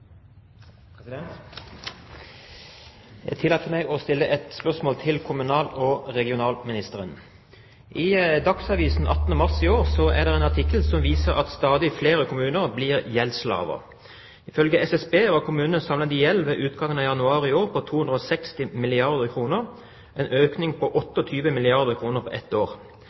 en artikkel som viser at stadig flere kommuner blir gjeldsslaver. Ifølge SSB var kommunenes samlede gjeld ved utgangen av januar i år på 260 milliarder kr, en økning på 28 milliarder kr på ett år.